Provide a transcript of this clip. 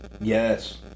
Yes